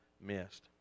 missed